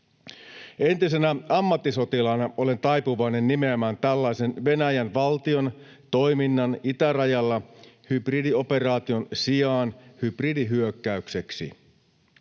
Entisenä ammattisotilaana olen taipuvainen nimeämään tällaisen Venäjän valtion toiminnan itärajalla hybridioperaation sijaan hybridihyökkäykseksi.